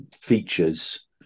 features